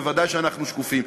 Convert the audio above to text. ודאי אנחנו שקופים.